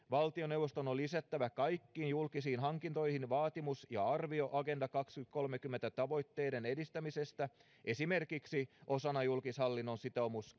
valtioneuvoston on lisättävä kaikkiin julkisiin hankintoihin vaatimus ja arvio agenda kaksituhattakolmekymmentä tavoitteiden edistämisestä esimerkiksi osana julkishallinnon sitoumus